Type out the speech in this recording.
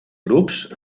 grups